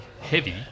heavy